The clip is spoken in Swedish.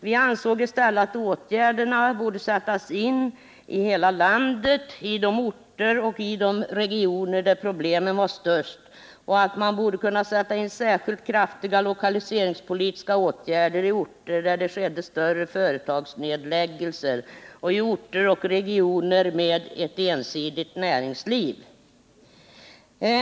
Vi ansåg att åtgärderna i stället borde sättas in i hela landet, i de orter och regioner där problemen var störst, och att man borde kunna sätta in särskilt kraftiga lokaliseringspolitiska åtgärder i orter där det skedde större företagsnedläggelser och i orter och regioner med ett ensidigt näringsliv.